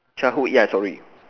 childhood yeah sorry